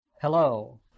hello